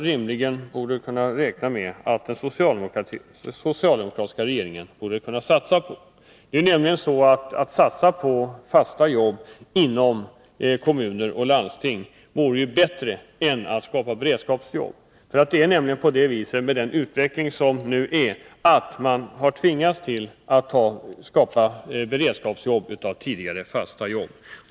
Rimligen borde vi kunna räkna med att den socialdemokratiska regeringen vill satsa på fasta jobb inom kommuner och landsting. Det vore nämligen bättre än att skapa beredskapsjobb. Med nuvarande utveckling har man tvingats att skapa beredskapsjobb av tidigare fasta jobb.